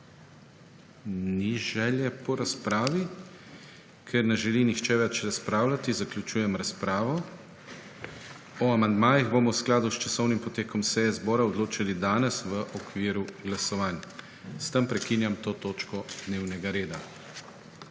Ni želje po razpravi. Ker ne želi nihče več razpravljati, zaključujem razpravo. O amandmajih bomo v skladu s časovnim potekom seje zbora odločali danes v okviru glasovanj. S tem prekinjam to točko dnevnega reda.